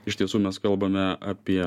iš tiesų mes kalbame apie